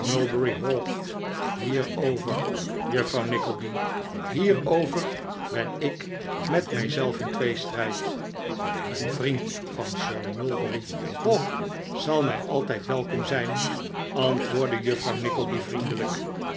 hawk hierover juffrouw nickleby hierover ben ik met mij zelf in tweestrijd een vriend van sir mulberry hawk zal mij altijd welkom zijn antwoordde juffrouw nickleby vriendelijk